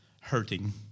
hurting